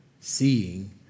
Seeing